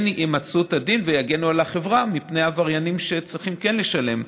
כן ימצו את הדין ויגנו על החברה מפני עבריינים שכן צריכים לשלם.